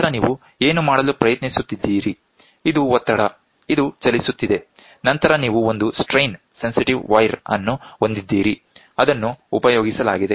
ನಂತರ ನೀವು ಏನು ಮಾಡಲು ಪ್ರಯತ್ನಿಸುತ್ತಿದ್ದೀರಿ ಇದು ಒತ್ತಡ ಇದು ಚಲಿಸುತ್ತಿದೆ ನಂತರ ನೀವು ಒಂದು ಸ್ಟ್ರೈನ್ ಸೆನ್ಸಿಟಿವ್ ವೈರ್ ಅನ್ನು ಹೊಂದಿದ್ದೀರಿ ಅದನ್ನು ಉಪಯೋಗಿಸಲಾಗಿದೆ